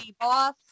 boss